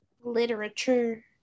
literature